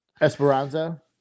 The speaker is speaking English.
Esperanza